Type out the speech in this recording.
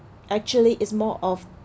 actually is more of